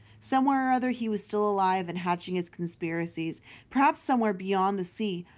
somewhere or other he was still alive and hatching his conspiracies perhaps somewhere beyond the sea,